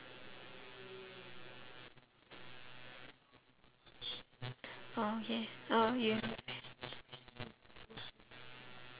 oh okay oh you